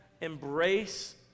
Embrace